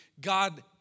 God